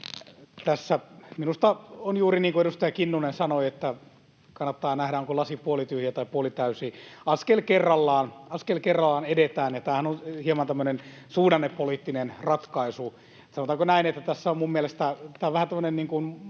Tässä minusta on juuri niin kuin edustaja Kinnunen sanoi, että kannattaa nähdä, onko lasi puolityhjä vai puolitäysi. Askel kerrallaan edetään, ja tämähän on hieman tämmöinen suhdannepoliittinen ratkaisu. Sanotaanko näin, että tässä on minun mielestäni